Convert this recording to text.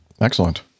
Excellent